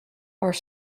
are